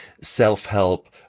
self-help